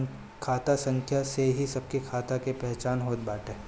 खाता संख्या से ही सबके खाता के पहचान होत बाटे